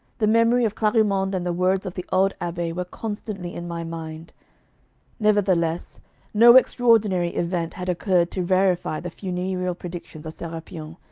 the memory of clarimonde and the words of the old abbe were constantly in my mind nevertheless no extraordinary event had occurred to verify the funereal predictions of serapion,